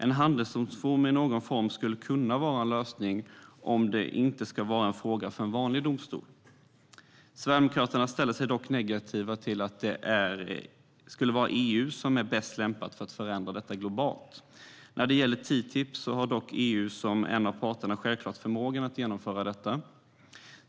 En handelsdomstol i någon form skulle kunna vara en lösning om det inte ska vara en fråga för en vanlig domstol. Sverigedemokraterna ställer sig dock negativa till att det skulle vara EU som är bäst lämpat att förändra detta globalt. När det gäller TTIP har dock EU som en av parterna självklart förmågan att genomföra detta.